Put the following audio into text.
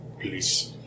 Please